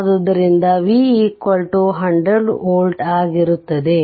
ಆದ್ದರಿಂದ V 100 ವೋಲ್ಟ್ಗಆಗಿರುತ್ತದೆ